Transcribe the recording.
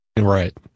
right